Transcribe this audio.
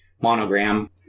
Monogram